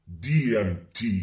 DMT